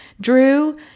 Drew